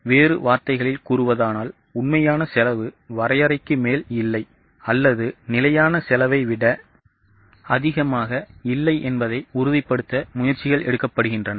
வேறு வார்த்தைகளில் கூறுவதானால் உண்மையான செலவு வரையறைக்கு மேல் இல்லை அல்லது நிலையான செலவை விட அதிகமாக இல்லை என்பதை உறுதிப்படுத்த முயற்சிகள் எடுக்கப்படுகின்றன